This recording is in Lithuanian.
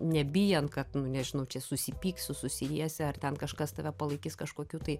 nebijant kad nu nežinau čia susipyksiu susiėsi ar ten kažkas tave palaikys kažkokiu tai